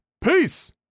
Peace